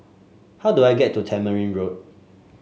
how do I get to Tamarind Road